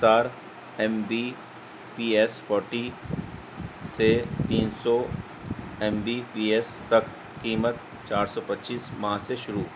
رفتار M B P S forty سے تین سو ایم بی پی ایس تک قیمت چار سو پچیس ماہ سے شروع